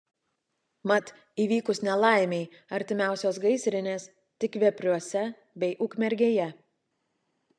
mat įvykus nelaimei artimiausios gaisrinės tik vepriuose bei ukmergėje